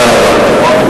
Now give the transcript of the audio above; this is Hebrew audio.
תודה רבה.